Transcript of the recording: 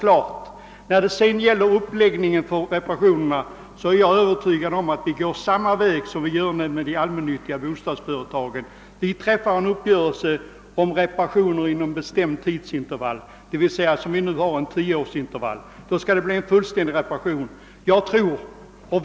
Beträffande uppläggningen av reparationerna är jag övertygad om att vi skall kunna gå samma väg som de allmännyttiga bostadsföretagen, d.v.s. träffa uppgörelse om reparationer inom fastställda tidsintervaller, för närvarande 9—10 år. Inom den tiden skall en fullständig reparation företas.